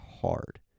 hard